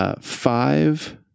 five